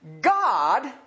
God